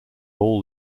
all